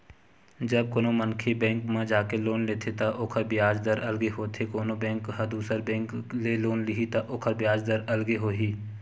जब कोनो मनखे बेंक म जाके लोन लेथे त ओखर बियाज दर अलगे होथे कोनो बेंक ह दुसर बेंक ले लोन लिही त ओखर बियाज दर अलगे होही